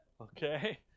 Okay